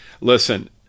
listen